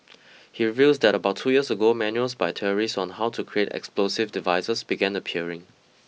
he reveals that about two years ago manuals by terrorists on how to create explosive devices began appearing